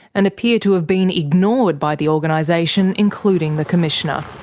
and appear to have been ignored by the organisation, including the commissioner.